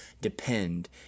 depend